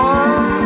one